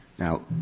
now,